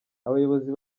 abayobozi